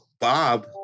Bob